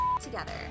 together